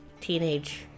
teenage